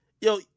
yo